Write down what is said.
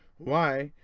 why?